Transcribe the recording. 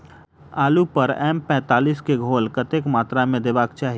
आलु पर एम पैंतालीस केँ घोल कतेक मात्रा मे देबाक चाहि?